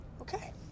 Okay